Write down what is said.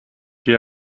die